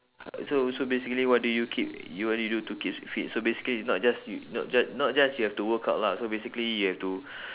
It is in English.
so so basically what do you keep you what do you do to keep fit so basically not just yo~ not just not just you have to workout lah so basically you have to